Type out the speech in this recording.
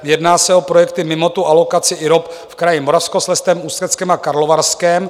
Jedná se o projekty mimo tu alokaci IROP v kraji Moravskoslezském, Ústeckém a Karlovarském.